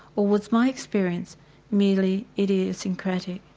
or was my experience merely idiosyncratic?